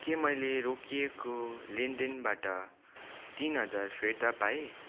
के मैले रोकिएको लेनदेनबाट तिन हजार फिर्ता पाएँ